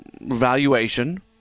valuation